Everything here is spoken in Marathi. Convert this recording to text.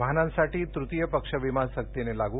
वाहनांसाठी तृतीय पक्ष विमा सक्तीने लागू